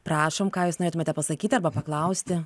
prašom ką jūs norėtumėte pasakyti arba paklausti